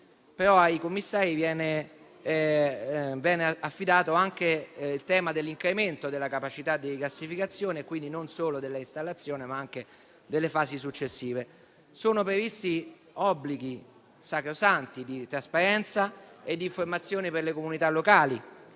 le sue caratteristiche storiche - anche il tema dell'incremento della capacità di rigassificazione; quindi non solo dell'installazione, ma anche delle fasi successive. Sono previsti obblighi sacrosanti di trasparenza e di informazione per le comunità locali,